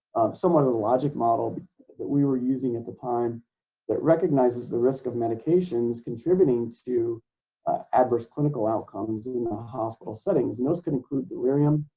somewhat of a logic model that we were using at the time that recognizes the risk of medications contributing to adverse clinical outcomes in the hospital settings, and those could include delerium,